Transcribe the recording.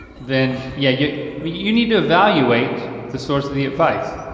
then yeah, you i mean you need to evaluate the source of the advice,